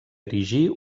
erigir